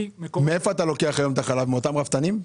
מאיפה אתה לוקח היום את החלב - מאותם רפתנים?